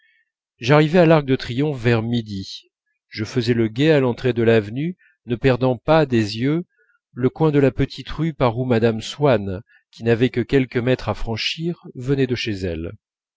j'arrivais à l'arc de triomphe vers midi je faisais le guet à l'entrée de l'avenue ne perdant pas des yeux le coin de la petite rue par où mme swann qui n'avait que quelques mètres à franchir venait de chez elle